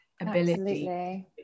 ability